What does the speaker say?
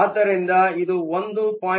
ಆದ್ದರಿಂದ ಇದು 1